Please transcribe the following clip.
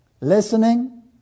listening